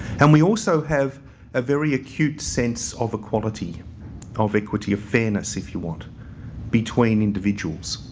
and we also have a very acute sense of equality, of equity, of fairness if you want between individuals.